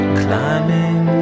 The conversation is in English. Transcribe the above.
climbing